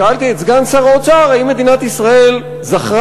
שאלתי את סגן שר האוצר האם מדינת ישראל זכרה